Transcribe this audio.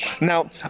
Now